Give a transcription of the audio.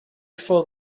for